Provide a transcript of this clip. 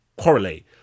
correlate